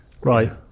right